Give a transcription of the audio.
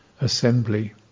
assembly